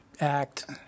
act